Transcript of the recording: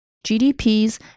GDP's